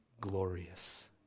glorious